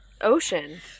ocean